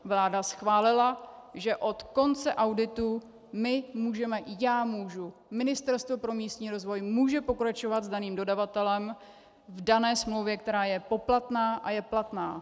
Vláda schválila, že od konce auditu my můžeme já můžu Ministerstvo pro místní rozvoj může pokračovat s daným dodavatelem v dané smlouvě, která je poplatná a je platná.